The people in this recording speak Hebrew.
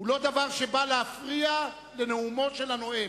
לא דבר שבא להפריע לנאומו של הנואם,